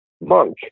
monk